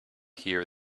here